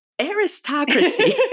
aristocracy